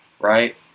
Right